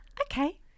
Okay